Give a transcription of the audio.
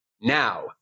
now